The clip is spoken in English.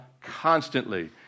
constantly